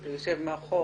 כן.